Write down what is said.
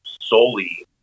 solely